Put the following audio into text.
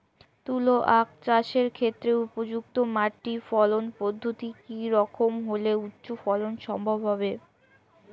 তুলো আঁখ চাষের ক্ষেত্রে উপযুক্ত মাটি ফলন পদ্ধতি কী রকম হলে উচ্চ ফলন সম্ভব হবে?